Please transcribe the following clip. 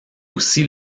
aussi